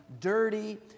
dirty